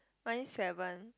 mine seven